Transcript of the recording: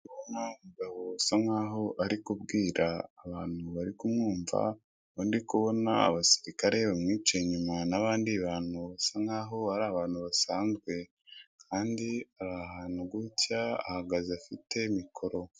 Ndabona umugabo usa nkaho ari kubwira abantu bari kumwumva aho ndikubona abasirikare bamwicaye inyuma nabandi bantu basa nkaho ari abantu basanzwe kandi ari ahantu gutya ahagaze afite mikoro.